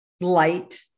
light